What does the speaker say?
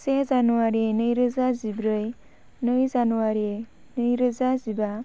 से जानुवारि नैरोजा जिब्रै नै जानुवारि नैरोजा जिबा